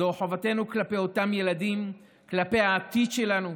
זוהי חובתנו כלפי אותם ילדים, כלפי העתיד שלנו.